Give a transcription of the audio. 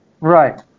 Right